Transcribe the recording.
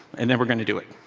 and then we're going to do it.